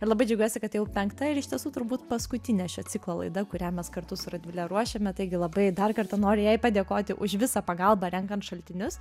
ir labai džiaugiuosi kad tai jau penkta ir iš tiesų turbūt paskutinė šio ciklo laida kurią mes kartu su radvile ruošiame taigi labai dar kartą noriu jai padėkoti už visą pagalbą renkant šaltinius